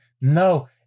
No